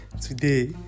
today